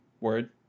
Word